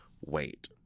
wait